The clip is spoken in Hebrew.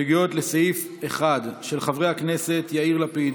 הסתייגות לסעיף 1, של חברי הכנסת יאיר לפיד,